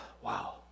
Wow